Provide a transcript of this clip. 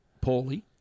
poorly